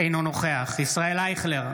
אינו נוכח ישראל אייכלר,